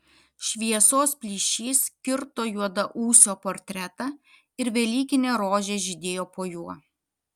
šviesos plyšys kirto juodaūsio portretą ir velykinė rožė žydėjo po juo